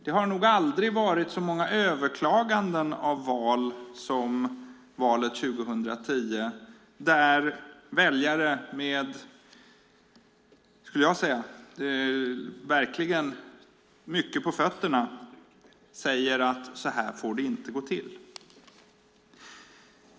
Det har nog aldrig varit så många överklaganden av val som valet 2010 där väljare som verkligen har haft mycket på fötterna säger att det inte får gå till så här.